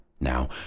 now